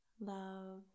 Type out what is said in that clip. love